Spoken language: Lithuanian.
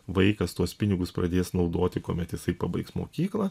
vaikas tuos pinigus pradės naudoti kuomet jisai pabaigs mokyklą